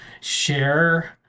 Share